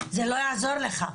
זה לא יעזור לך.